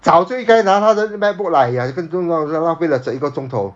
早就应该拿他的 macbook lah !aiya! 弄到让它变了整一个钟头